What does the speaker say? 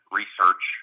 research